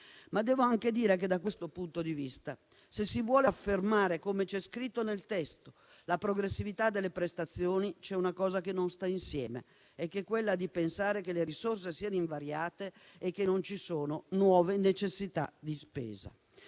ma devo anche dire che, da questo punto di vista, se si vuole affermare, com'è scritto nel testo, la progressività delle prestazioni, c'è una cosa che non sta insieme: pensare che le risorse siano invariate e che non ci siano nuove necessità di spesa.